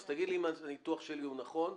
אז תגיד לי אם הניתוח שלי הוא נכון.